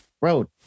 Road